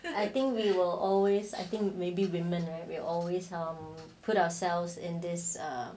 I think we will always I think maybe women right we're always put ourselves in this err